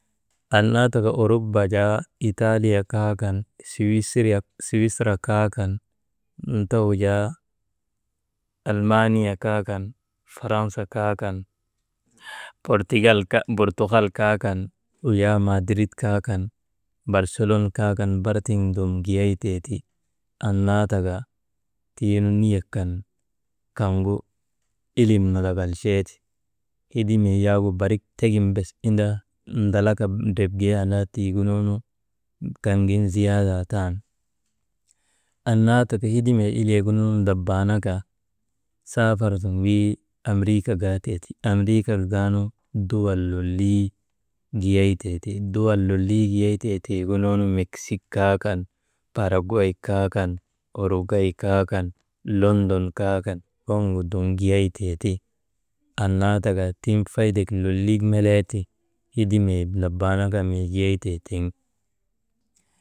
Annaa taka uruba jaa itaaliya kaa kan «hesitation» siwisra kaa kan, anta wujaa almaaniya kaa kan, faransa kaa kan, «hesitation» burtukal kaa kan, wujaa madrit kaa kan barsalon kaa kan, bar tiŋ dum giyaytee ti, annaa taka tiŋ niyek kan kaŋgu ilim nadakalchaa ti, hedimee yagu barik tegin bes inda ndalaka ndrep geyandaa tiigununu, kaŋ gin zayaadaa tan, annaa taka hedimee ileegununu ndabaanaka saafar sun wii amriika gaatee ti, amriika gagaanu duwal lolii giyay tee ti, duwal lolii giyaytee tiigununu meksik kaa kan, parakway kaa kan, urukway kaa kan londoŋ kaa kan waŋgu dum giyay tee ti, annaa taka tiŋ faydek lolik melee ti, hedimee ndabaanaka mii giyay tee tiŋ.